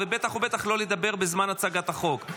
ובטח ובטח לא לדבר בזמן הצגת החוק.